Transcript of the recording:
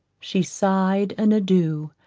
she sighed an adieu,